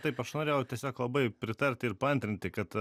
taip aš norėjau tiesiog labai pritarti ir paantrinti kad